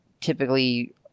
typically